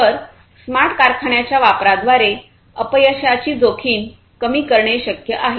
तर स्मार्ट कारखान्यांच्या वापराद्वारे अपयशाची जोखीम कमी करणे शक्य आहे